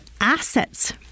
assets